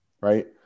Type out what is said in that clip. Right